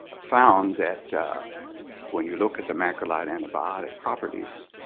found that when you look at the macrolide antibiotic properties,